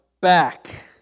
back